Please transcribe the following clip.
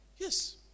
Yes